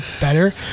better